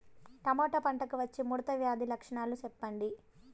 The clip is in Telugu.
టమోటా పంటకు వచ్చే ముడత వ్యాధి లక్షణాలు చెప్పండి?